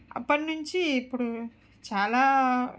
అప్పటి నుంచి ఇప్పుడు చాలా